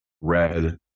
red